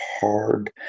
hard